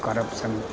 corruption